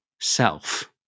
self